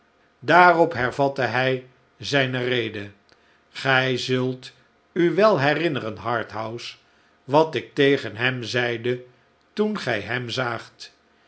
daarop hervatte hij zijne rede gij zult u wel herinneren harthouse wat ik tegen t hem zeide toen gij hem zaagt